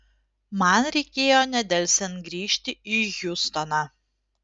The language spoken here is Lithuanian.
man reikėjo nedelsiant grįžti į hjustoną